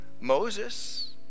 Moses